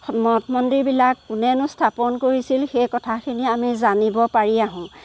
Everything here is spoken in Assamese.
মঠ মন্দিৰবিলাক কোনেনো স্থাপন কৰিছিল সেই কথা খিনি আমি জানিব পাৰি আহোঁ